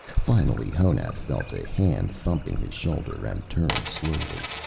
finally honath felt a hand thumping his shoulder, and turned slowly.